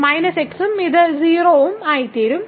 minus x ഉം ഇത് 0 ഉം ആയിത്തീരും